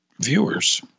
viewers